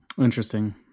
Interesting